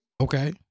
Okay